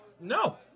No